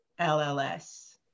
LLS